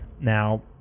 Now